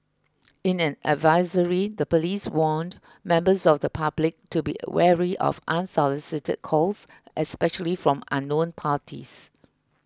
in an advisory the police warned members of the public to be wary of unsolicited calls especially from unknown parties